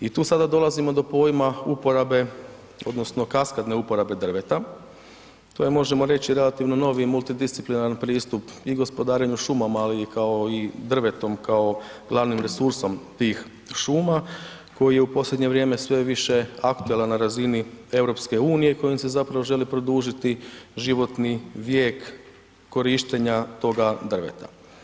I tu sada dolazimo do pojma uporabe odnosno kaskadne uporabe drveta, to je možemo reći relativno novi multidisciplinarni pristup i gospodarenju šumama, ali i kao i drvetom kao glavnim resursom tih šuma koji je u posljednje vrijeme sve više aktualan na razini EU kojim se zapravo želi produžiti životni vijek korištenja toga drveta.